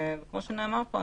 וכמו שנאמר פה,